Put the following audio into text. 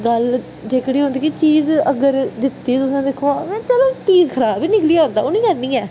ग्लल एह्कड़ी होंदी कि चीज अगर दित्ती तुसें अगर चलो पीस खराब बी निकली जंदा ओह नेई करनी है